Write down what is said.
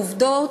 לעובדות: